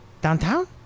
Downtown